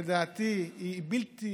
לדעתי, היא בלתי